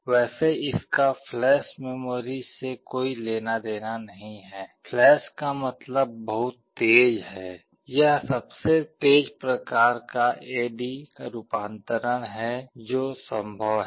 वैसे इसका flash memory से कोई लेना देना नहीं है फ्लैश का मतलब बहुत तेज है यह सबसे तेज प्रकार का ए डी रूपांतरण है जो संभव है